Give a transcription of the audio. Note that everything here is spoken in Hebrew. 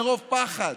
מרוב פחד.